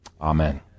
Amen